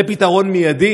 זה פתרון מיידי